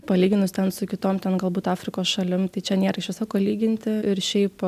palyginus ten su kitom ten galbūt afrikos šalim tai čia nėra iš viso ko lyginti ir šiaip